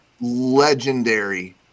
Legendary